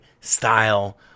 style